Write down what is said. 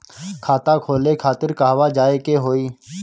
खाता खोले खातिर कहवा जाए के होइ?